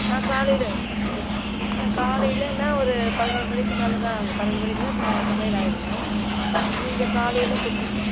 ஆ காலையில ஆ காலைலன்னா ஒரு பதனோறு மணிக்கு மேலே தான் ஆகும் பன்னெண்டு மணிக்குள்ளே ச சமையல் ஆயிரணும் நீங்கள் காலையில கொடுத்துரணும்